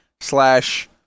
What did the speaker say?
slash